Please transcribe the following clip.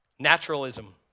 Naturalism